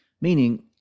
meaning